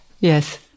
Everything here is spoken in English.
Yes